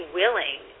willing